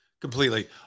Completely